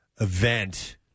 event